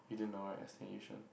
you didn't know right I staying yishun